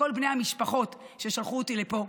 לכל בני המשפחות ששלחו אותי לפה,